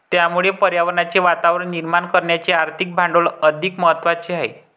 त्यामुळे पर्यावरणाचे वातावरण निर्माण करण्याचे आर्थिक भांडवल अधिक महत्त्वाचे आहे